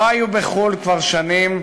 לא היו בחו"ל כבר שנים,